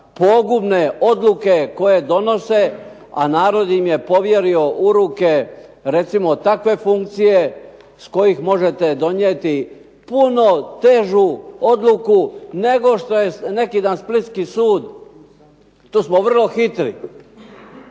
pogubne odluke koje donose, a narod im je povjerio u ruke recimo takve funkcije s kojih možete donijeti puno težu odluku, nego što je neki dan Splitski sud, tu smo vrlo hitni.